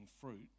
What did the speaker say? fruit